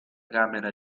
camera